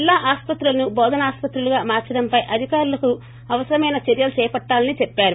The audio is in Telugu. జిల్లా ఆస్పత్రులను బోధనాసుపత్రులుగా మార్సడంపై అధికారులు అవసరమైన చర్యలు చేపట్టాలని చెప్పారు